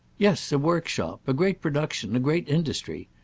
yes a workshop a great production, a great industry.